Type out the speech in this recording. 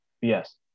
Yes